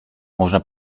można